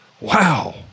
Wow